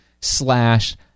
slash